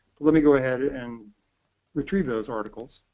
let me go ahead and retrieve those articles.